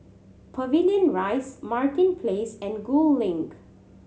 Pavilion Rise Martin Place and Gul Link